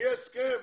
יהיה הסכם